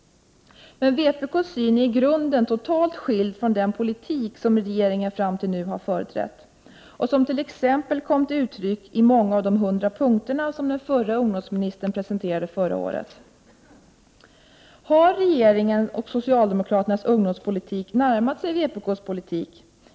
Men vpk:s syn är i grunden totalt skild från den politik som regeringen fram till nu fört och som t.ex. kom till uttryck i många av de 100 punkter som den förra ungdomsministern presenterade förra året. Har regeringens och socialdemokraternas ungdomspolitik närmat sig vpk:s politik?